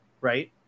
Right